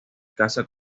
casa